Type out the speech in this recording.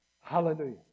Hallelujah